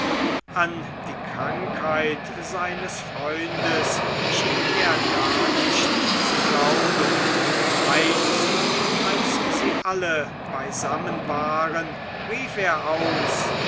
an die krankheit seines freundes schien er gar nicht zu glauben einst als sie alle beisammen waren rief er aus